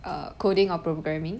uh coding or programming